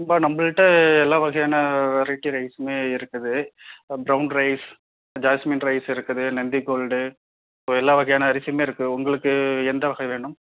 இப்போ நம்பள்கிட்ட எல்லா வகையான வெரைட்டி ரைஸ்மே இருக்குது பிரவுன் ரைஸ் ஜாஸ்மின் ரைஸ் இருக்குது நந்தி கோல்டு எல்லா வகையான அரிசியும் இருக்கு உங்களுக்கு எந்த வகை வேணும்